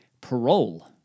parole